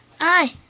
Hi